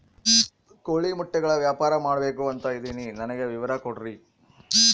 ಕೋಳಿ ಮೊಟ್ಟೆಗಳ ವ್ಯಾಪಾರ ಮಾಡ್ಬೇಕು ಅಂತ ಇದಿನಿ ನನಗೆ ವಿವರ ಕೊಡ್ರಿ?